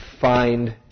find